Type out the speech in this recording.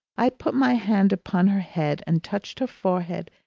i put my hand upon her head, and touched her forehead,